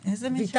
פחמן?